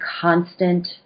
constant